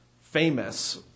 famous